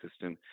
system